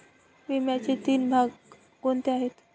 विम्याचे तीन भाग कोणते आहेत?